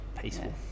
Peaceful